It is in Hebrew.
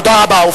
תודה רבה.